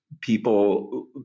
people